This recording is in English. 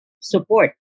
support